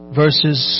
verses